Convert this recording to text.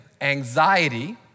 anxiety